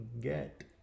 get